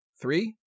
Three